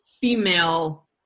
female